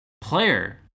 player